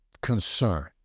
concern